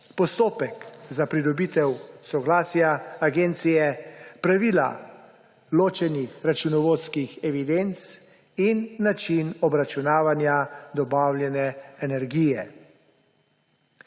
postopek za pridobitev soglasja agencije, pravila ločenih računovodskih evidenc in način obračunavanja dobavljene energije.